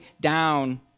down